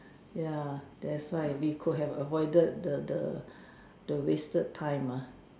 ya that's why we could have avoided the the the wasted time ah